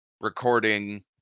recording